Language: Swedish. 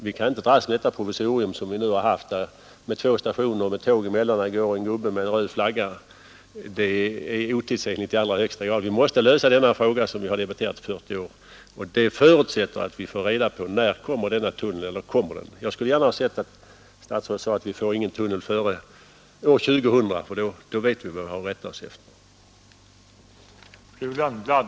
Vi kan inte nöja oss med det nuvarande provisoriet med två stationer och tåg emellan och där det går en gubbe med röd flagga. Det är i allra högsta grad en otidsenlig ordning. Vi måste lösa denna fråga, som vi har debatterat i 40 år, och det förutsätter att vi får reda på när denna tunnel kommer och om den kommer. Jag skulle inte ha något emot att statsrådet sade att vi inte får någon tunnel före år 2000, ty då visste vi ju vad vi hade att rätta oss efter för en rätt lång framtid.